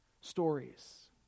stories